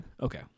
okay